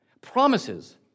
promises